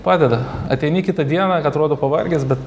padeda ateini kitą dieną atrodo pavargęs bet